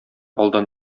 алдан